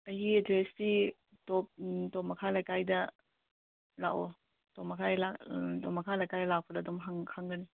ꯑꯩꯒꯤ ꯑꯦꯗ꯭ꯔꯦꯁꯇꯤ ꯇꯣꯞ ꯇꯣꯞ ꯃꯈꯥ ꯂꯩꯀꯥꯏꯗ ꯂꯥꯛꯑꯣ ꯇꯣꯞ ꯃꯈꯥ ꯇꯣꯞ ꯃꯈꯥ ꯂꯩꯀꯥꯏꯗ ꯂꯥꯛꯄꯗ ꯑꯗꯨꯝ ꯍꯪꯉ ꯈꯪꯒꯅꯤ